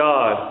God